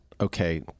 okay